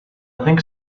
think